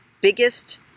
biggest